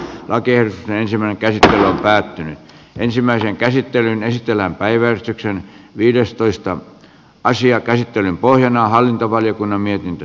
akerin ensimmäinen kerta päättynyt ensimmäisen käsittelyn esitellä päivystyksen viidestoista asian käsittelyn pohjana on hallintovaliokunnan mietintö